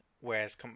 Whereas